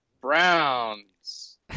Browns